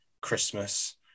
Christmas